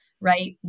right